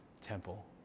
temple